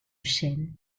chêne